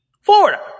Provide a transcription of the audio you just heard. Florida